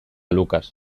lucas